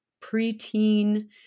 preteen